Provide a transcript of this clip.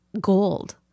gold